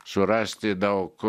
surasti daug